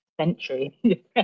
century